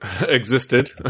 existed